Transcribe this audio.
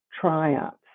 triumphs